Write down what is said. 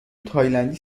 تایلندی